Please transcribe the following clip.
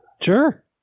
Sure